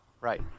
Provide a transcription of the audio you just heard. Right